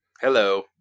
Hello